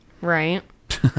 right